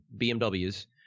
BMWs